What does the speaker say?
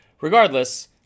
regardless